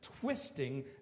twisting